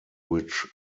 which